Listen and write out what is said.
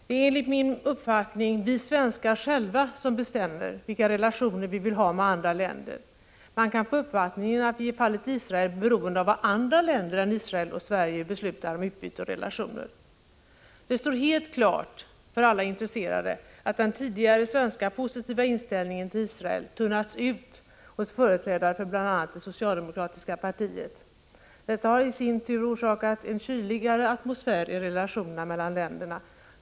Det är enligt min uppfattning vi svenskar som själva bestämmer vilka relationer vi vill ha med andra länder. Man kan få uppfattningen att vi i fallet Israel är beroende av vad andra länder än Israel och Sverige beslutar om utbyte och relationer. Det står helt klart för alla intresserade att den tidigare svenska positiva inställningen till Israel tunnats ut hos företrädare för bl.a. det socialdemokratiska partiet. Detta har i sin tur orsakat en kyligare atmosfär i relationerna mellan länderna.